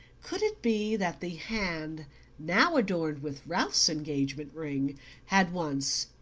could it be that the hand now adorned with ralph's engagement ring had once,